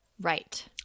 right